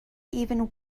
even